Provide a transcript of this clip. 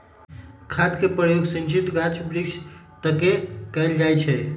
खाद सभके प्रयोग सिंचित गाछ वृक्ष तके कएल जाइ छइ